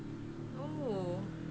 oh